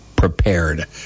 Prepared